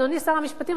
אדוני שר המשפטים,